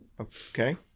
Okay